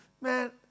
Man